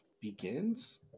Begins